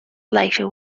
later